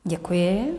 Děkuji.